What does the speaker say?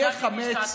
זה מצדיק חילול חג?